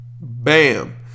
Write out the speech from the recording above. Bam